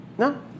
No